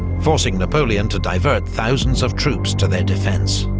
forcing napoleon to divert thousands of troops to their defence.